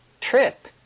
trip